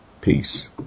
Peace